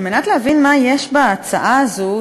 על מנת להבין מה יש בהצעה הזו,